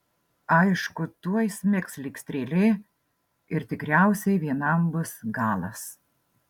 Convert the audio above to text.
aišku tuoj smigs lyg strėlė ir tikriausiai vienam bus galas